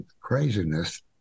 craziness